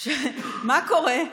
מה קורה?